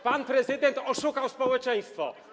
Pan prezydent oszukał społeczeństwo.